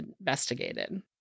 investigated